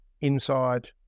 inside